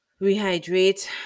rehydrate